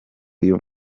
uyu